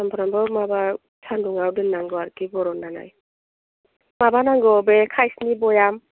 सानफ्रोमबो माबा सानदुङाव दोन्नानांगौ आरोखि बरन्नानै माबा नांगौ बे कासनि भयाम